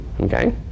Okay